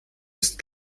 ist